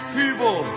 people